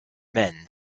men